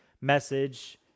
message